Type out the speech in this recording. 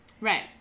Right